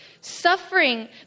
Suffering